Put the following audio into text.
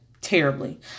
terribly